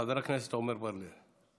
חבר הכנסת עמר בר לב.